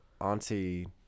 auntie